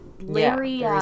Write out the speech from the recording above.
Larry